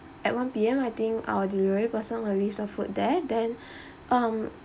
at one P_M I think our delivery person will leave the food there then um